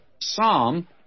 psalm